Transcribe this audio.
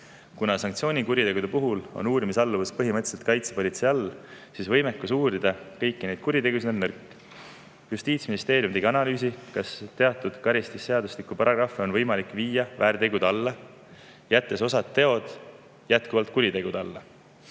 Kuna sanktsioonikuriteod on uurimisalluvuse kohaselt põhimõtteliselt kaitsepolitsei rida, siis võimekus uurida kõiki neid kuritegusid on nõrk. Justiitsministeerium tegi analüüsi, kas karistusseadustiku teatud paragrahve on võimalik viia väärtegude alla, jättes osa tegusid jätkuvalt kuritegude alla.